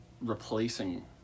replacing